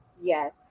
yes